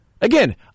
Again